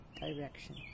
Direction